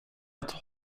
att